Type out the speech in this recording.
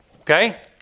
Okay